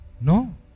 No